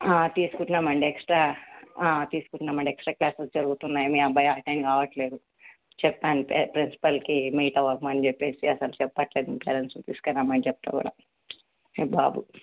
తీసుకుంటున్నాం అండి ఎక్స్ట్రా తీసుకుంటున్నాం అండి ఎక్స్ట్రా క్లాసెస్ జరుగుతున్నాయి మీ అబ్బాయి అటెండ్ కావట్లేదు చెప్పాను ప్రిన్స్పల్కి మీట్ అవ్వమని చెప్పి అసలు చెప్పట్లేదు మీ పేరెంట్స్ని తీసుకురమ్మని అని చెపితే కూడా మీ బాబు